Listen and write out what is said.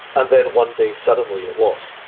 and then one day suddenly it was.